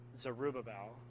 Zerubbabel